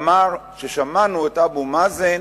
שאמר ששמענו את אבו מאזן,